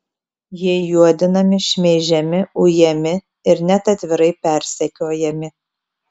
jie juodinami šmeižiami ujami ir net atvirai persekiojami